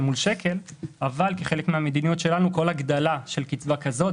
מול שקל אבל כחלק מהמדיניות שלנו כל הגדלה של קצבה כזו,